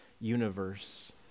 universe